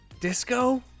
Disco